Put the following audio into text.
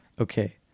Okay